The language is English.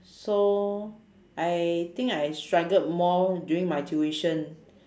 so I think I struggled more during my tuition